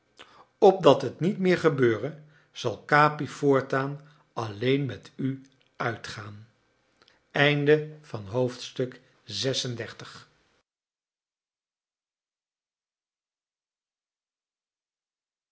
opdat het niet meer gebeure zal capi voortaan alleen met u uitgaan xxxvii